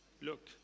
look